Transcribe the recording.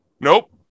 Nope